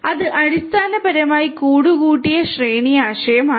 അത് അടിസ്ഥാനപരമായി കൂടുകൂട്ടിയ ശ്രേണി ആശയമാണ്